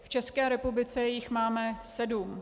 V České republice jich máme sedm.